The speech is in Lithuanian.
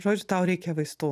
žodžiu tau reikia vaistų